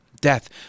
death